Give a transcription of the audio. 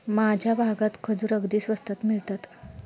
माझ्या भागात खजूर अगदी स्वस्तात मिळतात